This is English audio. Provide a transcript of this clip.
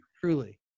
truly